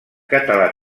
català